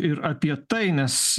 ir apie tai nes